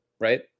right